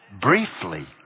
Briefly